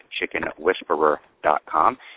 chickenwhisperer.com